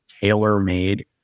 tailor-made